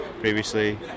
previously